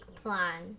plan